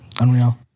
Unreal